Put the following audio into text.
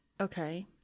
Okay